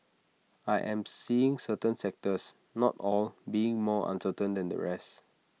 I am seeing certain sectors not all being more uncertain than the rest